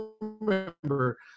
remember